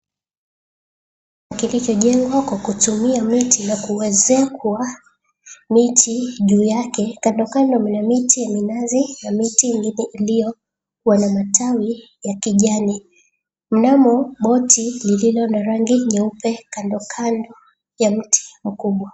Kilichojengwa kwa kutumia miti na kuwezekwa miti juu yake. Kando kando mna miti ya minazi na miti iliyo wana matawi ya kijani. Mnamo boti lililo na rangi nyeupe kandokando ya mti kubwa.